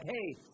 hey